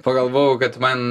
pagalvojau kad man